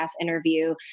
interview